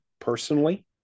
personally